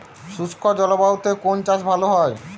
শুষ্ক জলবায়ুতে কোন চাষ ভালো হয়?